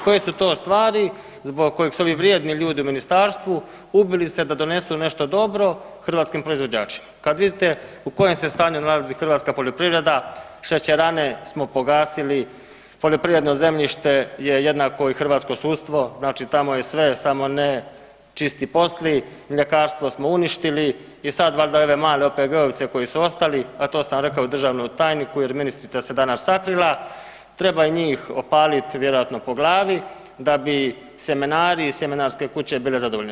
Koje su to stvari zbog kojih su ovi vrijedni ljudi u Ministarstvu ubili se da donesu nešto dobro hrvatskim proizvođačima, kad vidite u kojem se stanju nalazi hrvatska poljoprivreda, šećerane smo pogasili, poljoprivredno zemljište je jednako kao i hrvatsko sudstvo, znači tamo je sve samo ne čisti posli, mljekarstvo smo uništili i sad valjda ove male OPG-ovce koji su ostali, a to sam rekao i državnom tajniku, jer ministrica se danas sakrila, treba i njih opaliti vjerojatno po glavi da bi sjemenari i sjemenarske kuće bile zadovoljne?